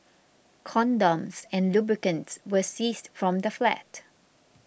condoms and lubricants were seized from the flat